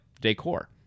decor